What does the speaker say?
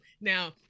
Now